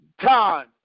time